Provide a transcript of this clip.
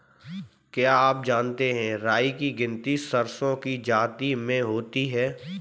क्या आप जानते है राई की गिनती सरसों की जाति में होती है?